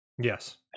yes